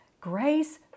grace